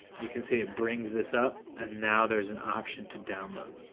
you can see it brings this up and now there's an option to download.